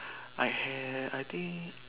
I had I think